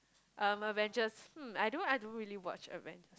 um Avengers hmm I don't I don't really watch Avengers